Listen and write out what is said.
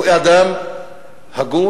הוא אדם הגון.